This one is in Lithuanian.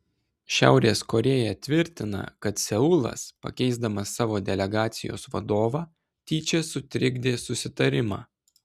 šiaurės korėja tvirtina kad seulas pakeisdamas savo delegacijos vadovą tyčia sutrikdė susitarimą